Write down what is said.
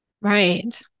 Right